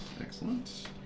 Excellent